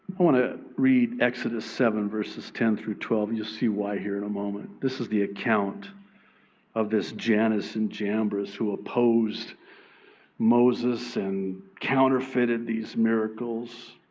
i want to read exodus seven verses ten through twelve. you'll see why here in a moment. this is the account of this jannes and jambres who opposed moses and counterfeited these miracles,